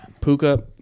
Puka